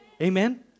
Amen